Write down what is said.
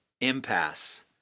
impasse